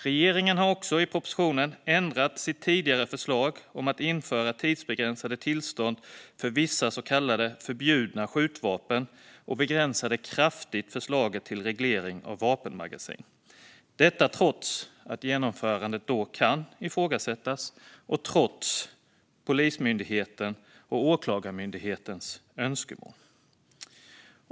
Regeringen har i propositionen ändrat sitt tidigare förslag om att införa tidsbegränsade tillstånd för vissa så kallade förbjudna skjutvapen och begränsade kraftigt förslaget till reglering av vapenmagasin, detta trots att genomförandet då kan ifrågasättas och trots Polismyndighetens och Åklagarmyndighetens önskemål.